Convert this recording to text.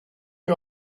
you